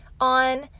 on